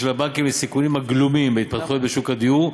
הבנקים לסיכונים הגלומים בהתפתחויות בשוק הדיור,